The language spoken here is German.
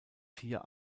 vier